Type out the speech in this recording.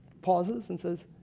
pauses and says,